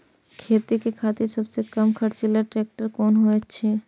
खेती के खातिर सबसे कम खर्चीला ट्रेक्टर कोन होई छै?